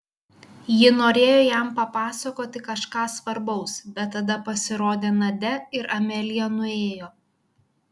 ji norėjo jam papasakoti kažką svarbaus bet tada pasirodė nadia ir amelija nuėjo